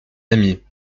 amies